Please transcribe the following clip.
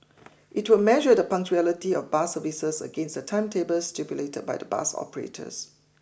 it will measure the punctuality of bus services against the timetables stipulated by the bus operators